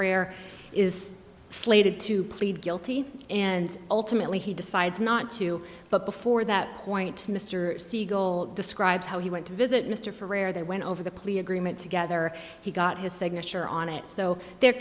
rare is slated to plead guilty and ultimately he decides not to but before that point mr siegel describes how he went to visit mr for rare they went over the plea agreement together he got his signature on it so the